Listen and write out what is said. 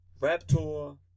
Raptor